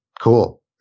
Cool